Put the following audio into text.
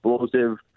explosive